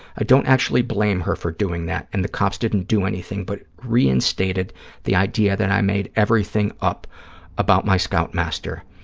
i don't actually blame her for doing that, and the cops didn't do anything but reinstated the idea that i made everything up about my scoutmaster.